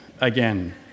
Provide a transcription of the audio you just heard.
again